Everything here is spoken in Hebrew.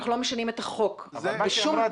אנחנו לא משנים את החוק בשום עניין.